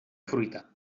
fruita